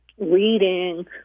reading